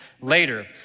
later